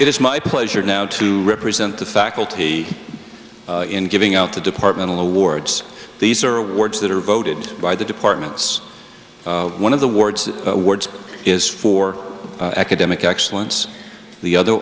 it is my pleasure now to represent the faculty in giving out to departmental awards these are words that are voted by the departments one of the words awards is for academic excellence the other